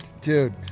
Dude